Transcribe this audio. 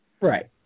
Right